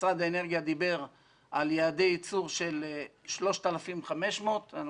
משרד האנרגיה דיבר על יעדי ייצור של 3,500 מגה-ואט הוא